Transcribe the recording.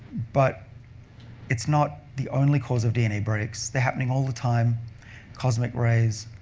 but it's not the only cause of dna breaks. they're happening all the time cosmic rays,